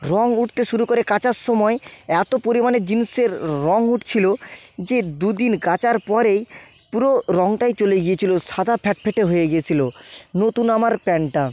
রং উঠতে শুরু করে কাচার সময়ে এত পরিমাণে জিন্সের রং উঠছিল যে দুদিন কাচার পরেই পুরো রংটাই চলে গিয়েছিল সাদা ফ্যাটফ্যাটে হয়ে গিয়েছিল নতুন আমার প্যান্টটা